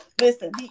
listen